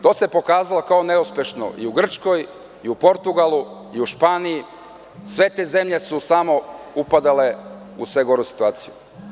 To se pokazalo kao neuspešno i u Grčkoj, i u Portugalu, i u Španiji, sve te zemlje su samo upadale u sve goru situaciju.